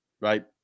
right